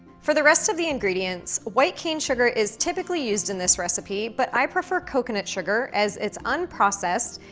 for the rest of the ingredients, white cane sugar is typically used in this recipe, but i prefer coconut sugar, as it's unprocessed,